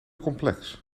complex